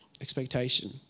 expectation